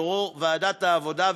יושב-ראש ועדת העבודה,